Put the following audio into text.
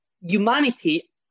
humanity